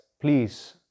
please